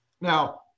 Now